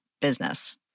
business